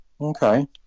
Okay